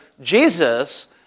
Jesus